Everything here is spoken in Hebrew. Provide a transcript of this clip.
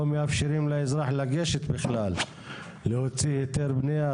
לא מאפשרים לאזרח לגשת בכלל להוציא היתר בנייה,